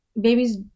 babies